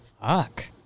Fuck